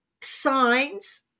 signs